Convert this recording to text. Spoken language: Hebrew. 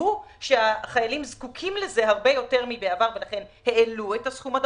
זיהו שהחיילים זקוקים לזה הרבה יותר מבעבר ולכן העלו את הסכום הדרוש,